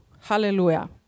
Hallelujah